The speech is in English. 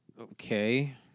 Okay